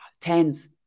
tens